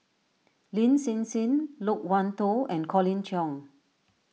Lin Hsin Hsin Loke Wan Tho and Colin Cheong